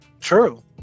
True